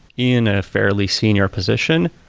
in a fairly senior position,